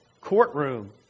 courtroom